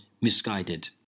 misguided